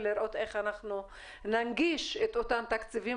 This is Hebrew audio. ולראות איך אנחנו ננגיש את אותם תקציבים